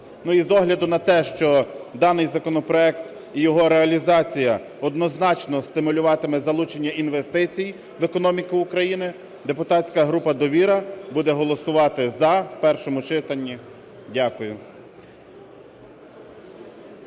Ну, і з огляду на те, що даний законопроект і його реалізація однозначно стимулюватиме залучення інвестицій в економіку України, депутатська група "Довіра" буде голосувати "за" в першому читанні. Дякую.